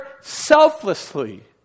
selflessly